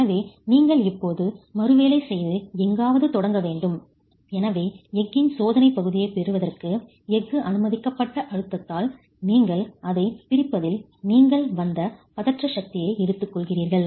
எனவே நீங்கள் இப்போது மறுவேலை செய்து எங்காவது தொடங்க வேண்டும் எனவே எஃகின் சோதனைப் பகுதியைப் பெறுவதற்கு எஃகு அனுமதிக்கப்பட்ட அழுத்தத்தால் நீங்கள் அதைப் பிரிப்பதில் நீங்கள் வந்த பதற்ற சக்தியை எடுத்துக்கொள்கிறீர்கள்